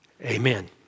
Amen